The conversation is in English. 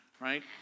right